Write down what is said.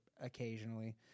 occasionally